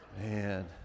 man